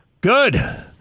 Good